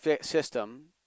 system